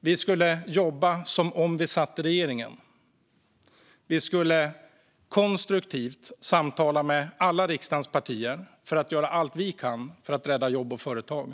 Vi skulle jobba som om vi satt i regeringen. Vi skulle konstruktivt samtala med alla riksdagspartier och göra allt vi kan för att rädda jobb och företag.